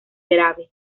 grave